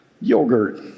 yogurt